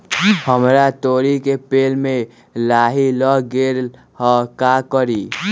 हमरा तोरी के पेड़ में लाही लग गेल है का करी?